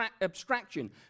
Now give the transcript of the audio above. abstraction